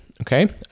okay